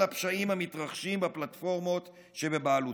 הפשעים המתרחשים בפלטפורמות שבבעלותם.